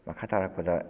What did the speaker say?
ꯃꯈꯥ ꯇꯥꯔꯛꯄꯗ